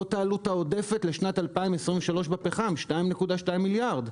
זאת העלות העודפת לשנת 2023 בפחם 2.2 מיליארד.